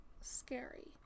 scary